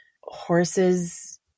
horses